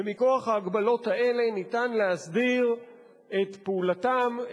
ומכוח ההגבלות האלה אפשר להסדיר את פעולתם,